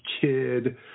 Kid